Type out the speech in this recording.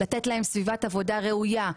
לתת להם סביבת עבודה ראויה,